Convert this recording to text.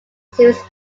series